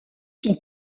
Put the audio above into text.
son